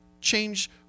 Change